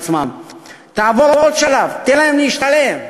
תעבור עוד שלב: תן להם להשתלב,